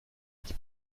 qui